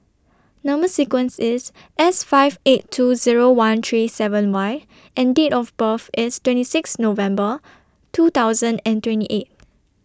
Number sequence IS S five eight two Zero one three seven Y and Date of birth IS twenty six November two thousand and twenty eight